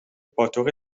پاتوق